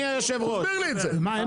דוד,